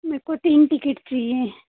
मुझको तीन टिकट चाहिए